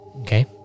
Okay